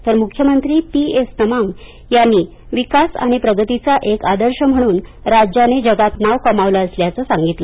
तर मुख्यमंत्री P S Tamang यांनी विकास आणि प्रगतीचा एक आदर्श म्हणून राज्यात जगात नाव कमावलं असल्याचं सांगितलं